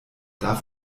darf